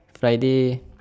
friday